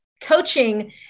coaching